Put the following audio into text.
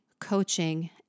coaching